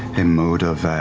a mode of.